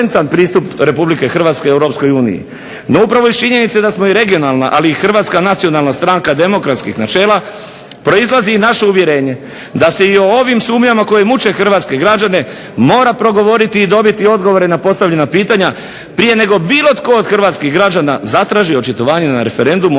Hrvatska od suverene